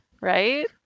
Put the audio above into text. Right